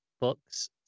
books